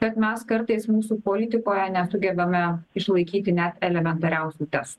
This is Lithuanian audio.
kad mes kartais mūsų politikoje nesugebame išlaikyti net elementariausių testų